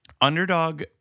underdog